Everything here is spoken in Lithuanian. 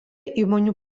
įmonių